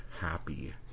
happy